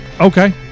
Okay